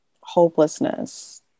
hopelessness